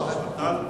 הדרוזים גם הם ערבים.